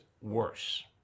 worse